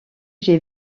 j’ai